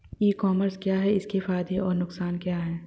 ई commerce क्या है इसके फायदे और नुकसान क्या है?